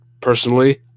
personally